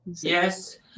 yes